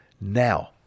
Now